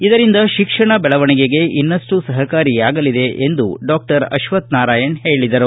ಇದರಿಂದ ಶಿಕ್ಷಣ ಬೆಳವಣಿಗೆಗೆ ಇನ್ನಷ್ಟು ಸಹಕಾರಿಯಾಗಲಿದೆ ಎಂದು ಅವರು ತಿಳಿಸಿದರು